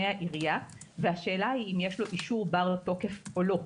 מהעירייה והשאלה היא אם יש לו אישור בר-תוקף או לא.